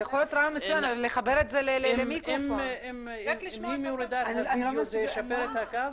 אנסה לשנות מקום, אני מקווה שזה הסתדר.